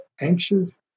anxious